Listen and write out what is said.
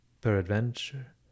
peradventure